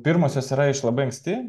pirmosios yra iš labai anksti